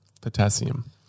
potassium